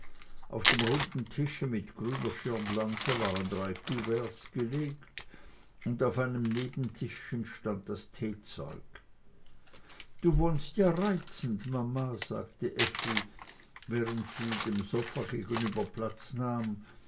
auf dem runden tische mit grüner schirmlampe waren drei kuverts gelegt und auf einem nebentischchen stand das teezeug du wohnst ja reizend mama sagte effi während sie dem sofa gegenüber platz